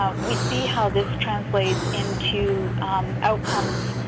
ah we see how this translates into outcomes